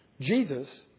Jesus